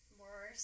more